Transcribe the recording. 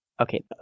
Okay